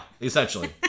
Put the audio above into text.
Essentially